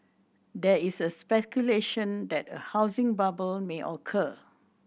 there is a speculation that a housing bubble may occur